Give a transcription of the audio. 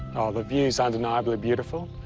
the view is undeniably beautiful,